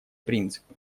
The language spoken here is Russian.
принципы